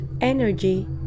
energy